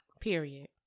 Period